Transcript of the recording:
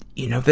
you know,